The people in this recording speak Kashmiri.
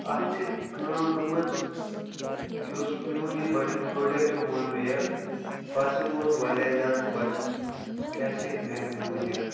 اَتھ چھِ کٲم گٔمٕژ یُس میٛون یہِ گۄڈٕنیٛک پرٛوڈَکٹہٕ اوٚن مےٚ یہِ بہٕ ہَسا گوٚوُس واریاہ زیادٕ خۄش کیٛاہ سا مےٚ اوٚن یہِ